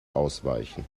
ausweichen